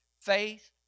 faith